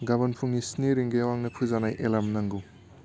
गाबोन फुंनि स्नि रिंगायाव आंनो फोजानाय एलार्म नांगौ